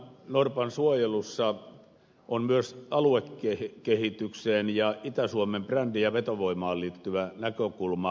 saimaannorpan suojelussa on myös aluekehitykseen ja itä suomen brändiin ja vetovoimaan liittyvä näkökulma